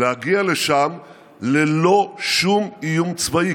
להגיע לשם ללא שום איום צבאי,